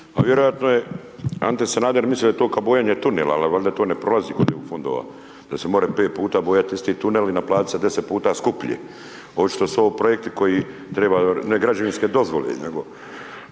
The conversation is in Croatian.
Pa vjerojatno je Ante Sanader mislio da je to ka bojanje tunela, al valjda to ne prolazi kod EU fondova da se more pet puta bojat isti tunel i naplatit se deset puta skuplje, očito su ovo projekti koji trebaju ne građevinske dozvole, nego